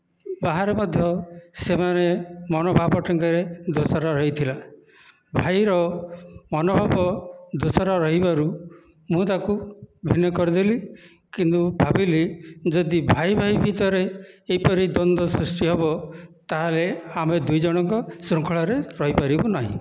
ବାହାରେ ମଧ୍ୟ ସେମାନେ ମନୋଭାବ ଠିକରେ ଦୋଷରା ରହିଥିଲା ଭାଇର ମନୋଭାବ ଦୋଷରା ରହିବାରୁ ମୁଁ ତାକୁ ଭିନ୍ନ କରିଦେଲି କିନ୍ତୁ ମୁଁ ଭାବିଲି ଯଦି ଭାଇ ଭାଇ ଭିତରେ ଏପରି ଦ୍ଵନ୍ଦ ସୃଷ୍ଟି ହେବ ତାହେଲେ ଆମେ ଦୁଇଜଣଙ୍କ ଶୃଙ୍ଖଳାରେ ରହିପାରିବୁ ନାହିଁ